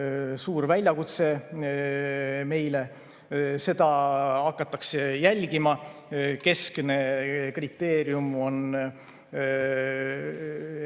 suur väljakutse. Seda hakatakse jälgima. Keskne kriteerium on